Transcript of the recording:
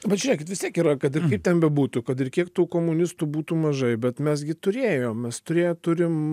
bet žiūrėkit vis tiek yra kad ir kaip ten bebūtų kad ir kiek tų komunistų būtų mažai bet mes gi turėjom mes turėjo turim